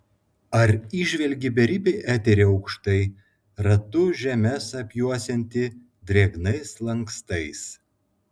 ar įžvelgi beribį eterį aukštai ratu žemes apjuosiantį drėgnais lankstais